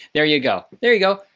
there you go. there you go.